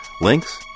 links